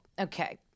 Okay